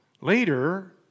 later